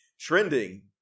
trending